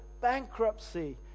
bankruptcy